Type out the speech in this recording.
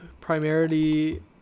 primarily